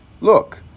Look